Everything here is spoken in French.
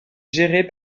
gérée